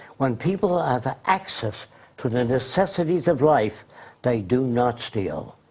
when people have ah access to the necessities of life they do not steal.